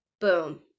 boom